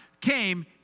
came